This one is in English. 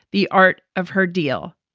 the art of her deal.